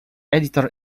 editor